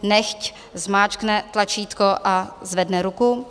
Nechť zmáčkne tlačítko a zvedne ruku.